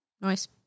Nice